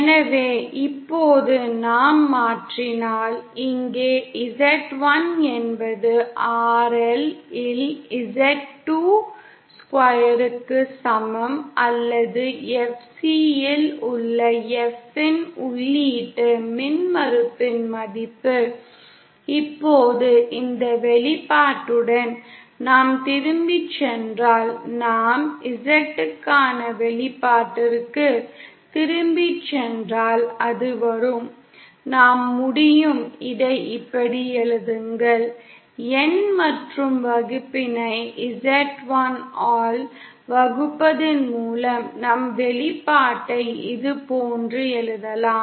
எனவே இப்போது நாம் மாற்றினால் இங்கே Z1 என்பது RL இல் Z 2 ஸ்கொயருக்கு சமம் அல்லது FC இல் உள்ள F இன் உள்ளீட்டு மின்மறுப்பின் மதிப்பு இப்போது இந்த வெளிப்பாட்டுடன் நாம் திரும்பிச் சென்றால் நாம் Z க்கான வெளிப்பாட்டிற்கு திரும்பிச் சென்றால் அது வரும் இதை இப்படி எழுதுங்கள் எண் மற்றும் வகுப்பினை Z1 ஆல் வகுப்பதன் மூலம் நம் வெளிப்பாட்டை இதுபோன்று எழுதலாம்